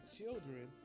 children